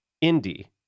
Indy